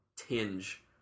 tinge